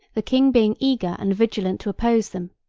the king being eager and vigilant to oppose them,